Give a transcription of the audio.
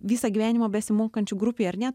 visą gyvenimą besimokančių grupėj ar ne